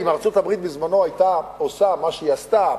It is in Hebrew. אם ארצות-הברית בזמנה היתה עושה מה שהיא עשתה,